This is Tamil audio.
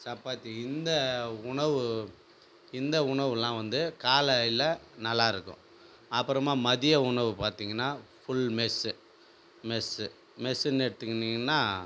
சப்பாத்தி இந்த உணவு இந்த உணவுலாம் வந்து காலையில் நல்லாயிருக்கும் அப்புறமா மதிய உணவு பார்த்தீங்கன்னா ஃபுல் மெஸ்ஸு மெஸ்ஸு மெஸ்ஸுன்னு எடுத்துக்கின்னீங்கன்னா